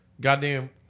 Goddamn